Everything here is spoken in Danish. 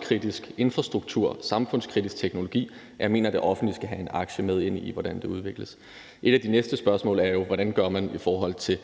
kritisk et stykke infrastruktur og så kritisk teknologi for samfundet, at jeg mener, at det offentlige skal have en aktie i, hvordan det udvikles. Et af de næste spørgsmål er jo, hvordan man gør i forhold til